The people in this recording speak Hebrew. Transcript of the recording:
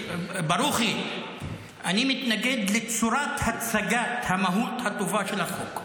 ברוכי, אני מתנגד לצורת הצגת המהות הטובה של החוק,